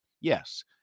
Yes